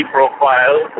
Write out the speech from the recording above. Profile